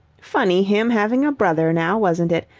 funny him having a brother, now, wasn't it?